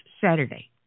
Saturday